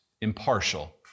impartial